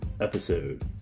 episode